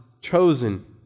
chosen